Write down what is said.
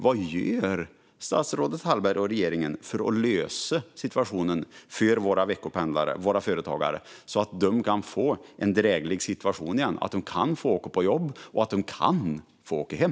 Vad gör statsrådet Hallberg och regeringen för att lösa situationen för våra veckopendlare och egenföretagare så att de kan få en dräglig situation och både åka på jobb och åka hem?